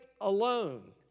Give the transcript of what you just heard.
alone